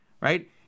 right